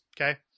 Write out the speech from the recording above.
okay